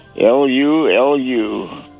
L-U-L-U